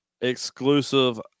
exclusive